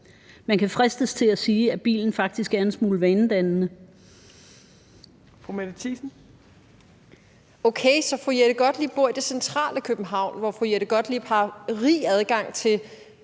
Man kan fristes til at sige, at bilen faktisk er en smule vanedannende.